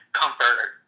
comfort